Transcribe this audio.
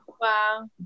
Wow